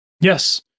yes